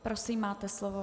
Prosím, máte slovo.